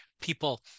people